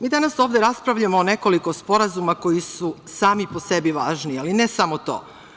Mi danas ovde raspravljamo o nekoliko sporazuma koji su sami po sebi važni, ali ne samo to.